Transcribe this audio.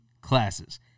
classes